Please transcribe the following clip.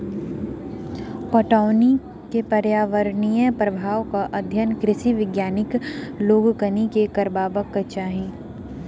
पटौनीक पर्यावरणीय प्रभावक अध्ययन कृषि वैज्ञानिक लोकनि के करबाक चाही